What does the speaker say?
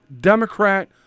Democrat